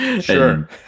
Sure